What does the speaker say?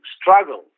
struggle